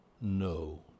no